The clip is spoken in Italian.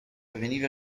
veniva